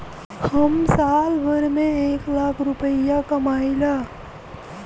हम साल भर में एक लाख रूपया कमाई ला